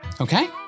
Okay